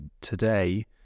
today